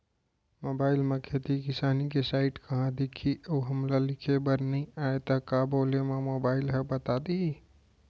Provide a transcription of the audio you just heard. Mobile म खेती किसानी के साइट कहाँ दिखही अऊ हमला लिखेबर नई आय त का बोले म मोबाइल ह बता दिही?